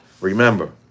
Remember